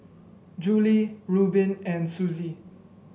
Julie Rubin and Suzy